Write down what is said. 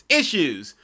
issues